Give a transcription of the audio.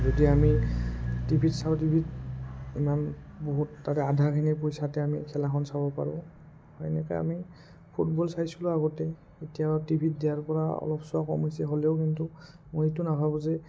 যদি আমি টি ভিত চাওঁ টি ভিত ইমান বহুত তাতে আধাখিনি পইচাতে আমি খেলাখন চাব পাৰোঁ সেনেকৈ আমি ফুটবল চাইছিলোঁ আগতে এতিয়াও টি ভিত দিয়াৰপৰা অলপ চোৱা কম হৈছে হ'লেও কিন্তু মই এইটো নাভাবোঁ যে